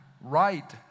right